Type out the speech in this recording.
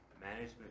management